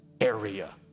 area